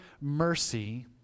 mercy